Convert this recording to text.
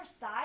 side